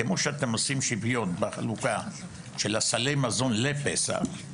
כמו שאתם עושים שוויון בחלוקה של סלי המזון לפסח,